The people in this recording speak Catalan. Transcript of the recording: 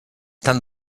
tant